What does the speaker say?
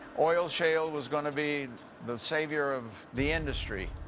oil shale was gonna be the savior of the industry.